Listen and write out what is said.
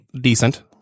Decent